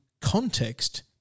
context